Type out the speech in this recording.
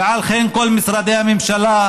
ועל כן כל משרדי הממשלה,